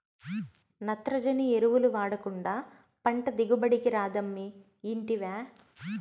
నత్రజని ఎరువులు వాడకుండా పంట దిగుబడి రాదమ్మీ ఇంటివా